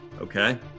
okay